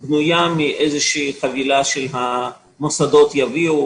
תהיה בנויה מאיזושהי חבילה שהמוסדות יביאו,